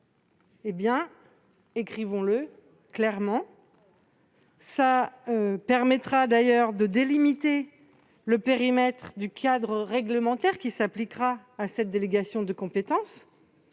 eh bien, écrivons-le clairement ! Cela permettra de délimiter le périmètre du cadre réglementaire qui s'appliquera à cette délégation de compétences.